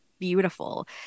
beautiful